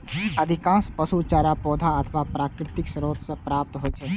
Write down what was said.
अधिकांश पशु चारा पौधा अथवा प्राकृतिक स्रोत सं प्राप्त होइ छै